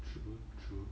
true true